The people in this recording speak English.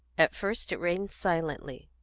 at first it rained silently,